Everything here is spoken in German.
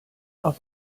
auf